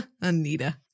Anita